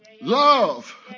Love